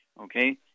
okay